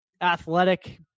athletic